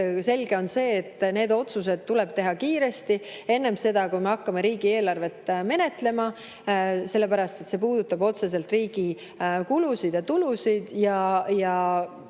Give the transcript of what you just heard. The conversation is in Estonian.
Selge on see, et need otsused tuleb teha kiiresti enne seda, kui me hakkame riigieelarvet menetlema, sellepärast et see puudutab otseselt riigi kulusid ja tulusid.